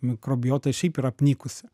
mikrobiota šiaip yra apnykusi